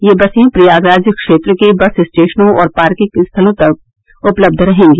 यह बसें प्रयागराज क्षेत्र के बस स्टेशनों और पार्किंग स्थलों पर उपलब्ध रहेंगी